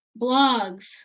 blogs